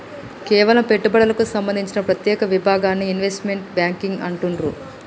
కేవలం పెట్టుబడులకు సంబంధించిన ప్రత్యేక విభాగాన్ని ఇన్వెస్ట్మెంట్ బ్యేంకింగ్ అంటుండ్రు